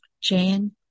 Jan